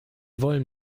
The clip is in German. wollen